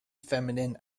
feminine